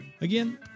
Again